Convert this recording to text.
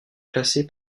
classé